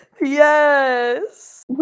yes